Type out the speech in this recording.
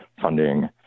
funding